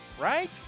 Right